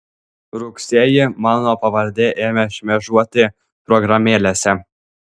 rugsėjį mano pavardė ėmė šmėžuoti programėlėse